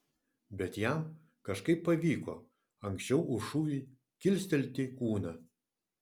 bet jam kažkaip pavyko anksčiau už šūvį kilstelti kūną